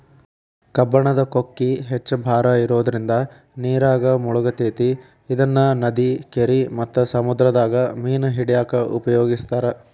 ಕಬ್ಬಣದ ಕೊಕ್ಕಿ ಹೆಚ್ಚ್ ಭಾರ ಇರೋದ್ರಿಂದ ನೇರಾಗ ಮುಳಗತೆತಿ ಇದನ್ನ ನದಿ, ಕೆರಿ ಮತ್ತ ಸಮುದ್ರದಾಗ ಮೇನ ಹಿಡ್ಯಾಕ ಉಪಯೋಗಿಸ್ತಾರ